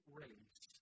race